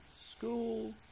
school